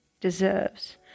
deserves